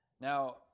Now